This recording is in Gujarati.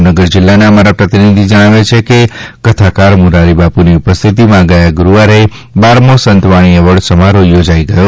ભાવનગર જિલ્લાના અમારા પ્રતિનિધિ જણાવે છે કે કથાકાર મોરારી બાપુની ઉપસ્થિતિમાં ગયા ગુરૂવારે બારમો સંતવાણી એવોર્ડ સમારોહ યોજાઈ ગયો